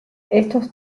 estos